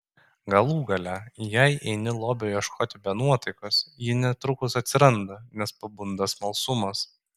galų gale jei eini lobio ieškoti be nuotaikos ji netrukus atsiranda nes pabunda smalsumas